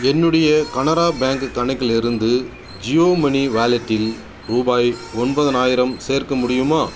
என்னுடைய கனரா பேங்க் கணக்கிலிருந்து ஜியோ மனி வாலெட்டில் ரூபாய் ஒன்பதனாயிரம் சேர்க்க முடியுமா